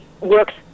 works